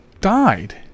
Died